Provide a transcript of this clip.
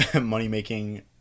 money-making